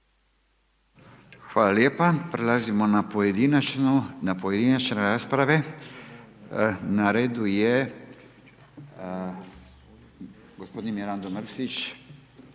Hvala lijepa. Prelazimo na pojedinačne rasprave, na redu je g. Mirando Mrsić,